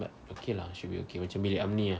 but okay lah should be okay lah macam bilik amni